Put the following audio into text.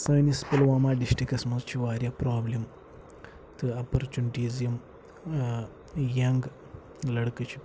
سٲنِس پُلوامہ ڈِسٹرکَس منٛز چھُ وارِیاہ پرابلِم تہٕ اَپرچُنِٹیٖز یِم یَنٛگ لٔڑکہٕ چھِ